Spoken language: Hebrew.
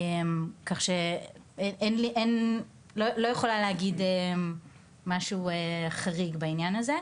כך שאין, לא יכולה להגיד משהו חריג בעניין הזה.